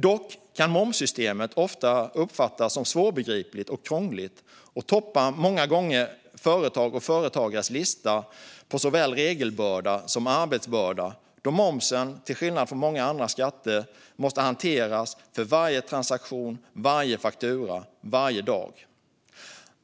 Dock kan momssystemet ofta uppfattas som svårbegripligt och krångligt, och det toppar många gånger företags och företagares lista över såväl regelbörda som arbetsbörda då momsen, till skillnad från många andra skatter, måste hanteras för varje transaktion och varje faktura, varje dag.